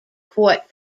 court